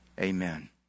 Amen